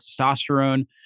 testosterone